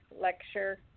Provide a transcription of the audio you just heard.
lecture